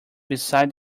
beside